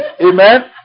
Amen